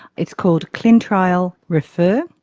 it's called clintrial refer,